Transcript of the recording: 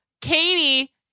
Katie